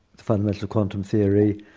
fundamental quantum theory,